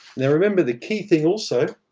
now, remember, the key thing also,